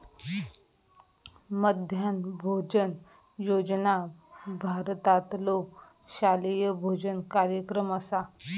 मध्यान्ह भोजन योजना भारतातलो शालेय भोजन कार्यक्रम असा